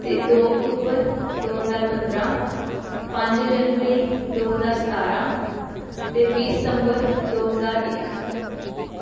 ਅਤੇ ਦੋ ਅਕਤੂਬਰ ਦੋ ਹਜ਼ਾਰ ਪੰਦਰ੍ਹਾਂ ਪੰਜ ਜਨਵਰੀ ਦੋ ਹਜ਼ਾਰ ਸਤਾਰ੍ਹਾਂ ਅਤੇ ਵੀਹ ਸਤੰਬਰ ਦੋ ਹਜ਼ਾਰ ਇੱਕ